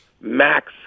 max